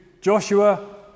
Joshua